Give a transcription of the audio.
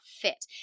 fit